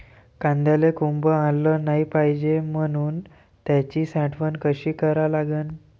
कांद्याले कोंब आलं नाई पायजे म्हनून त्याची साठवन कशी करा लागन?